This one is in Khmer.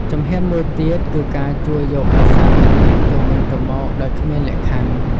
ជំហានមួយទៀតគឺការជួយយកអាសាគ្នាទៅវិញទៅមកដោយគ្មានលក្ខខណ្ឌ។